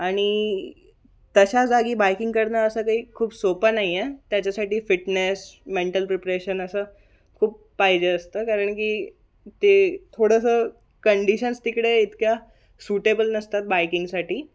आणि तशा जाागी बायकिंग करणं असं काही खूप सोपं नाही आहे त्याच्यासाठी फिटनेस मेंटल प्रिप्रेशन असं खूप पाहिजे असतं कारण की ते थोडंसं कंडिशन्स तिकडे इतक्या सुटेबल नसतात बायकिंगसाठी